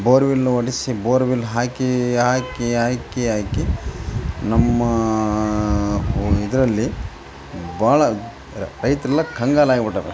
borewell ಹೊಡೆಸಿ borewell ಹಾಕಿ ಹಾಕಿ ಹಾಕಿ ಹಾಕಿ ನಮ್ಮ ಓ ಇದರಲ್ಲಿ ಭಾಳ ರೈತರೆಲ್ಲ ಕಂಗಾಲು ಆಗ್ಬಿಟ್ಟಾರ